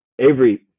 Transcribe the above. Avery